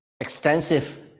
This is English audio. extensive